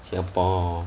singapore